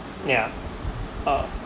yeah uh